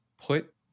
put